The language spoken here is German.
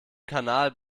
kanal